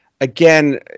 again